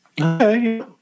Okay